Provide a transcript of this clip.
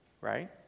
right